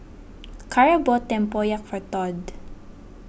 Cara bought Tempoyak for Tod